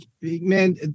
man